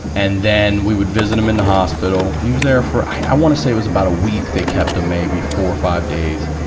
and then, we would visit him in the hospital. he was there, for i wanna say it was about a week, they kept him, maybe four or five days.